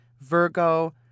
Virgo